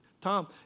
Tom